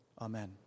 Amen